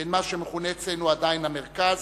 בין מה שמכונה אצלנו עדיין "המרכז"